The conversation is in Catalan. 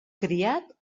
criat